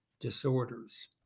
disorders